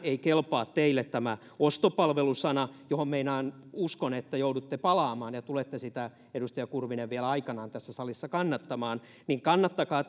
ei kelpaa tämä ostopalvelu sana johon meinaan uskon että joudutte palaamaan ja tulette sitä edustaja kurvinen vielä aikanaan tässä salissa kannattamaan niin kannattakaa